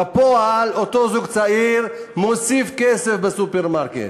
בפועל אותו זוג צעיר מוסיף כסף בסופרמרקט.